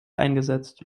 eingesetzt